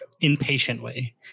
impatiently